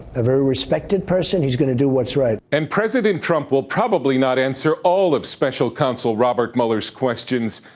a very respected person. he is going to do what's right. reporter and president trump will probably not answer all of special counsel robert mueller's questions,